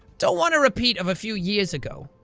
don't want a repeat of a few years ago.